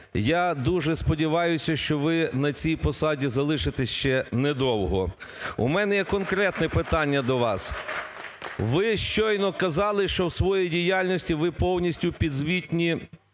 я дуже сподіваюся, що ви на цій посаді залишитесь ще недовго. У мене є конкретне питання до вас. Ви щойно казали, що в своїй діяльності ви повністю підзвітні